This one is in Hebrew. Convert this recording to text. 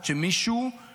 אבל בסדר שיהיה לזה בהצלחה.